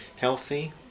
healthy